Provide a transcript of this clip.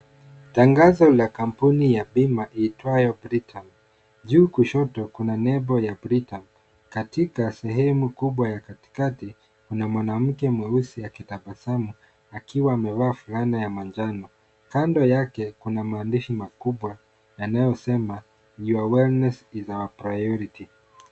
Tangazo kampuni ya bima iitwayo Britam. Juu kushoto kuna nembo ya Britam. Katika sehemu kubwa ya katikati, kuna mwanamke mweusi akitabasamu, akiwa amevaa fulana ya manjano. Kando yake, kuna maandishi makubwa yanayosema, Your wellness is our priority .